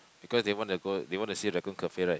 because they want to go they want to see lagoon cafe right